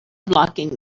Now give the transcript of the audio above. locking